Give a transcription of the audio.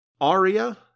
Aria